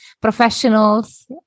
professionals